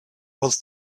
was